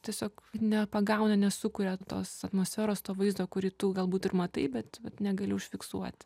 tiesiog nepagauna nesukuria tos atmosferos to vaizdo kurį tu galbūt ir matai bet negali užfiksuot